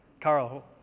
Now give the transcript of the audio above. Carl